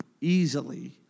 easily